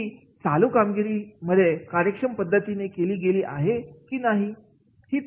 की चालू कामगिरीही कार्यक्षम पद्धतीने केली गेलेली आहे की नाही